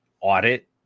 audit